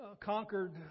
conquered